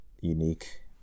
unique